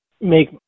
make